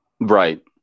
Right